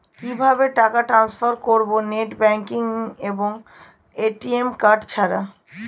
কিভাবে টাকা টান্সফার করব নেট ব্যাংকিং এবং এ.টি.এম কার্ড ছাড়া?